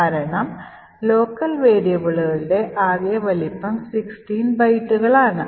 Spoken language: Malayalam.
കാരണം ലോക്കൽ വേരിയബിളുകളുടെ ആകെ വലുപ്പം 16 ബൈറ്റുകളാണ്